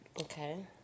Okay